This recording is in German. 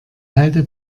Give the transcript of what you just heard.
halde